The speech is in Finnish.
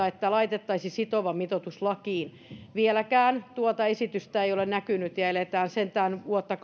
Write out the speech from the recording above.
että laitettaisiin sitova mitoitus lakiin vieläkään tuota esitystä ei ole näkynyt ja eletään sentään vuotta